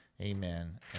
Amen